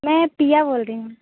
मैं पिया बोल रही हूँ